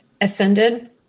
ascended